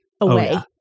away